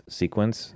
sequence